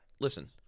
Listen